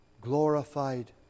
glorified